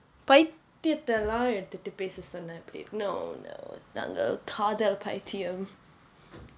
பைத்தியமெல்லாம் எடுத்துட்டு பேச சொன்னா எப்படி:paithiyamellaam eduthuttu pesa sonnaa eppadi no no நாங்க காதல் பைத்தியம்:naanga kaathal paithiyam